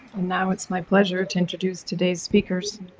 now it's my pleasure to introduce today's speakers.